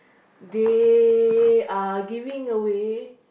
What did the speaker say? they are giving away